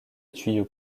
tuyau